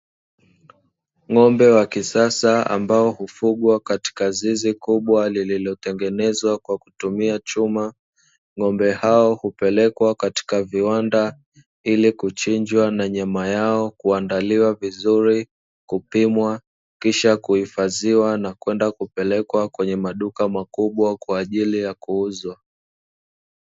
Ng'ombe wa kisasa ambao hufugwa katika zizi kubwa, lililotengenezwa kwa kutumia chuma. Ng'ombe hao hupelekwa katika viwanda ili kuchinjwa na nyama yao kuandaliwa vizuri, kupimwa kisha kuhifadhiwa na kwenda kupelekwa kwenye maduka makubwa kwa ajili ya kuuzwa.